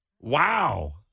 Wow